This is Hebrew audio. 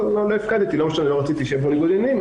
לא הפקדתי כי לא רציתי שיהיה ניגוד עניינים,